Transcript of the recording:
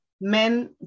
men